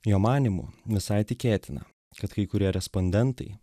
jo manymu visai tikėtina kad kai kurie respondentai